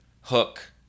Hook